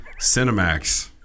Cinemax